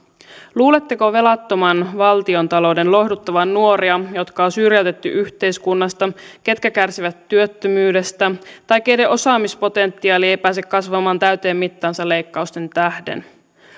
luuletteko velattoman valtiontalouden lohduttavan nuoria jotka on syrjäytetty yhteiskunnasta ketkä kärsivät työttömyydestä tai keiden osaamispotentiaali ei pääse kasvamaan täyteen mittaansa leikkausten tähden on